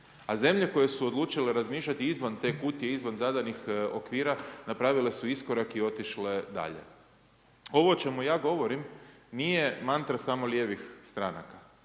A zemlje koje su odlučile razmišljati izvan te kutije, izvan zadanih okvira, napravile su iskorak i otišle dalje. Ovo o čemu ja govorim nije mantra samo lijevih stranaka.